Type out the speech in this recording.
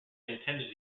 intended